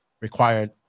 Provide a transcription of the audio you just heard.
required